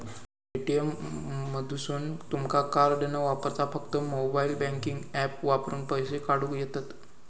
ATM मधसून तुमका card न वापरता फक्त मोबाईल बँकिंग ऍप वापरून पैसे काढूक येतंत